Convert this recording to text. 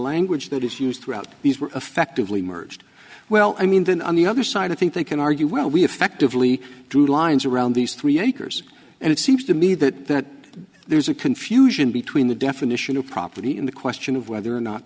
language that is used throughout these were effectively merged well i mean then on the other side i think they can argue well we effectively drew lines around these three acres and it seems to me that there's a confusion between the definition of property in the question of whether or not